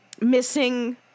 missing